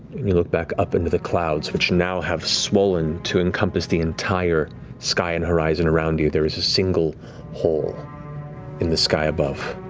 you look back up into the clouds, which now have swollen to encompass the entire sky and horizon around you. there is a single hole in the sky above.